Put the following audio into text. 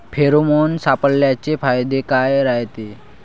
Pheromone सापळ्याचे फायदे काय रायते?